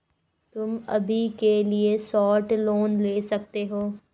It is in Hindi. तुम अभी के लिए शॉर्ट लोन ले सकते हो